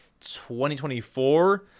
2024